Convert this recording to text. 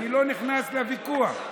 אני לא נכנס לוויכוח,